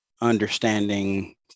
understanding